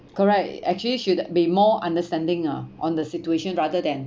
correct actually should be more understanding ah on the situation rather than